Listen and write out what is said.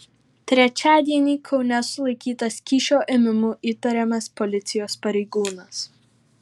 trečiadienį kaune sulaikytas kyšio ėmimu įtariamas policijos pareigūnas